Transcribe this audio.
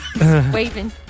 waving